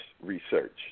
research